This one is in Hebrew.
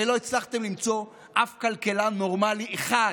הרי לא הצלחתם למצוא אף כלכלן נורמלי אחד,